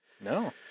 No